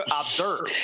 observe